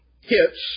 hits